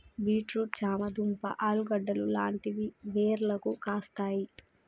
beet root చామ దుంప ఆలుగడ్డలు లాంటివి వేర్లకు కాస్తాయి